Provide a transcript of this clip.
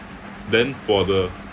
then for the